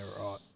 right